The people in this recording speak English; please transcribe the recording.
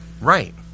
Right